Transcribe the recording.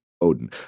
Odin